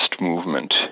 movement